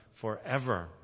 forever